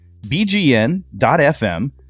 bgn.fm